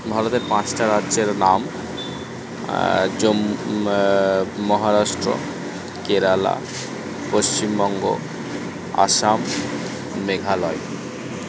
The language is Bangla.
ভারতের পাঁচটা রাজ্যের নাম মহারাষ্ট্র কেরালা পশ্চিমবঙ্গ আসাম মেঘালয়